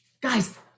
Guys